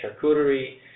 charcuterie